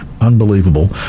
Unbelievable